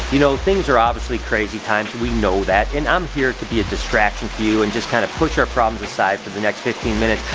you know, things are obviously crazy times and we know that, and i'm here to be a distraction for you and just kinda push our problems aside for the next fifteen minutes.